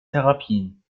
therapien